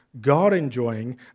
God-enjoying